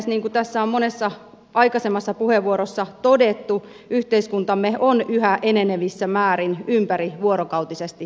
niin kuin tässä on monessa aikaisemmassa puheenvuorossa todettu yhteiskuntamme on yhä enenevässä määrin ympärivuorokautisesti päivystävä